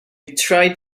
tried